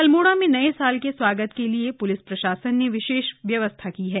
अल्मोड़ा में नये साल के स्वागत के लिए प्लिस प्रशासन ने विशेष व्यवस्था की है